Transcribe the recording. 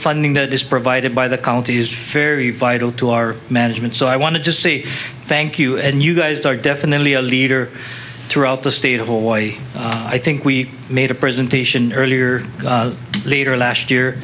funding that is provided by the county is ferry vital to our management so i want to just see thank you and you guys are definitely a leader throughout the state of hawaii i think we made a presentation earlier later last year